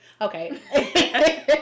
okay